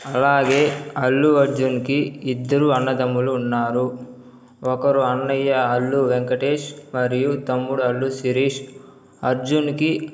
అలాగే అల్లు అర్జున్కి ఇద్దరు అన్నదమ్ములు ఉన్నారు ఒకరు అన్నయ్య అల్లు వెంకటేష్ మరియు తమ్ముడు అల్లు శిరీష్ అర్జున్కి